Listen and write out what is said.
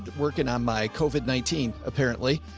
working on my covert nineteen apparently,